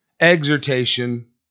exhortation